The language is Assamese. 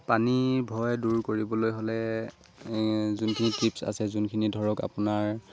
পানীৰ ভয় দূৰ কৰিবলৈ হ'লে যোনখিনি টিপছ আছে যোনখিনি ধৰক আপোনাৰ